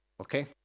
okay